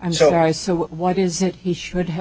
i'm sorry so what is it he should have